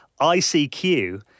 ICQ